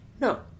No